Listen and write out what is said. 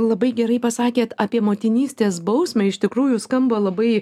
labai gerai pasakėt apie motinystės bausmę iš tikrųjų skamba labai